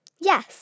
Yes